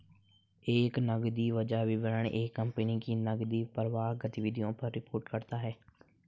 एक नकदी प्रवाह विवरण एक कंपनी की नकदी प्रवाह गतिविधियों पर रिपोर्ट करता हैं